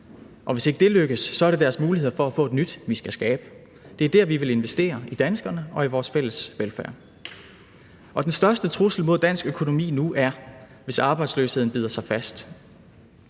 og hvis ikke det lykkes, er det deres mulighed for at få en ny, vi skal skabe. Det er der, vi vil investere – i danskerne og i vores fælles velfærd. Den største trussel mod dansk økonomi nu er, hvis arbejdsløsheden bider sig fast.